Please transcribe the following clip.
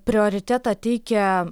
prioritetą teikia